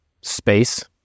space